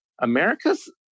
America's